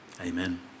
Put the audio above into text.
Amen